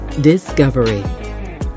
Discovery